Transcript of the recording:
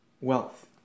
wealth